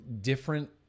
different